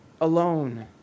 alone